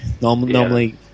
normally